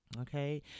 Okay